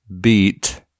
beat